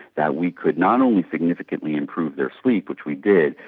that we could not only significantly improve their sleep, which we did,